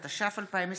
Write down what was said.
התש"ף 2020,